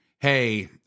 Hey